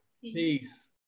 Peace